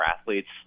athletes